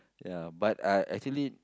ya but I actually